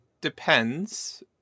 depends